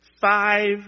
five